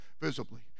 visibly